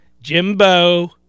jimbo